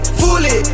fully